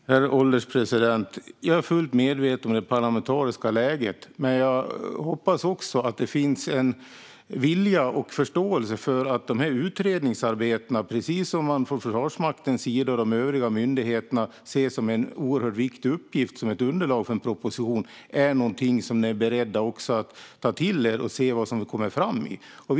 Herr ålderspresident! Jag är fullt medveten om det parlamentariska läget. Men jag hoppas att det finns en vilja och en förståelse för utredningsarbetena, som man från Försvarsmaktens och de övriga myndigheternas sida ser som en oerhört viktig uppgift och ett underlag för en proposition. Jag hoppas att ni är beredda att ta till er detta och se vad som kommer fram där.